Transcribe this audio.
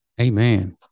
Amen